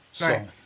Right